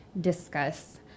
discuss